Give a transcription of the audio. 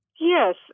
Yes